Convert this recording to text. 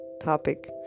topic